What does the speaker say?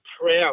proud